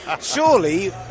surely